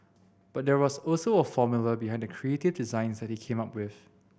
but there was also a formula behind the creative designs that he came up with